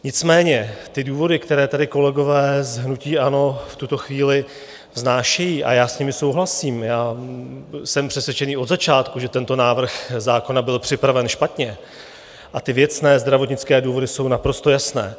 Nicméně důvody, které tady kolegové z hnutí ANO v tuto chvíli vznášejí a já s nimi souhlasím, jsem přesvědčený od začátku, že tento návrh zákona byl připraven špatně, a ty věcné zdravotnické důvody jsou naprosto jasné.